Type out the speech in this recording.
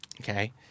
Okay